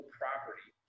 property